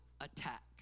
attack